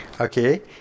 Okay